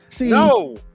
No